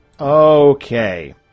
Okay